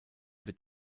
wird